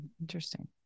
Interesting